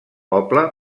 poble